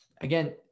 again